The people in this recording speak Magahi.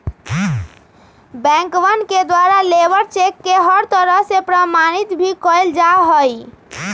बैंकवन के द्वारा लेबर चेक के हर तरह से प्रमाणित भी कइल जा हई